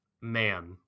man